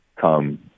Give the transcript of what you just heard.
come